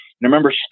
remember